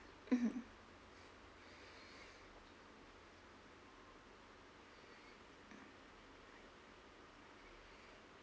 mmhmm